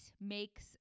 makes